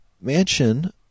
mansion